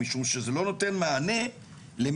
משום שזה לא נותן מענה למספר